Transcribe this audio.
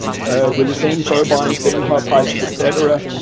with the same turbine, same hub heights, et cetera.